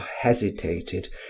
hesitated